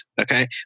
Okay